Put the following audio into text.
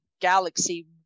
Galaxy